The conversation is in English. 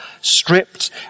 stripped